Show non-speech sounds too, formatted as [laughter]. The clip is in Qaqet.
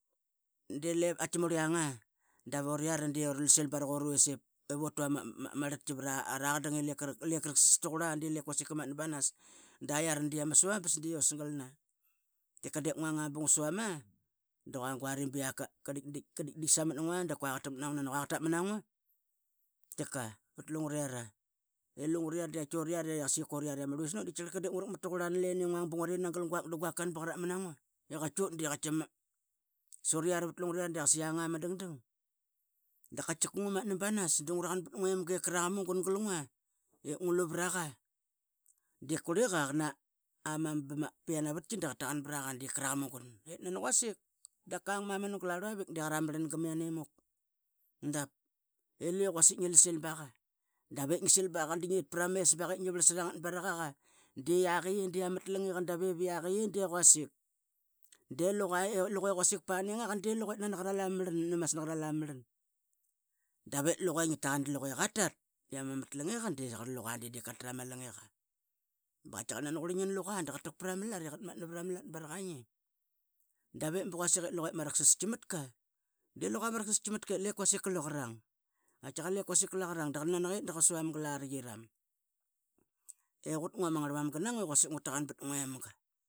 De qatki murl ianga a davut iara di uralsi barak uruvis ip utua ma rlatqi pra qatadang I lep tasqurla di lep quasik qa matna banas. Da iara di ama suambas di us galna tkiqa di ngungang a ba ngua suam a du qa guari biak qa ditdit samat ngua da qua qa taqmat na ngua nana qua qa tap mana ngua tkiqa pat lungrera. I lungrera di qatki uriara I saiyi, qa uriara ma rluis nut di tkiaqarl qa dip ngu raqmat tauqurla nalina I nguang bu nagau rini nagal guak du guak du guak qa ran ba qa rap mana ngua. Iqatki ut di qatki [unintelligible] qasuriara pat luguriara di qasa yanga ma dangdang. Da qatkiqa ngu matna banas bungu raqan bat nguemga I qraqa mugun gal ngua I nglu ipra qa. Dip qurli qa qa na mam piana vatki da qa taqan pra qa di qra qa mugun itnani quasik da qang mamanu gla rluaviq di nqai qa di nani qa ra ma marlan ga dap ilua quasik ngialsil ba qa. Da vep ngi sil ba qa dinget pra mes ba qa itngia varlsara ngat di iaq ye dia ma mat lingi qa dap yap di quasitik. Di luqa I quasik pa ninga qa di luqa nani qa ral ama marlan nani masna qral ama marln. Da vep luqa ngia taqan da qa tat I ama mat langi qa di qarl luga di dip qa tra ma langiqa. Da qatkiaqarl nani qurlingi ingini luqa da qa taq pra ma lat I qatmatna barak a ngi. Da qarl nani qet da qa suom gla ari yairam I qut ngua ma ngarmamga na ngua I quasik ngu taqa pat nguemga.